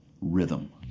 rhythm